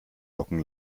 locken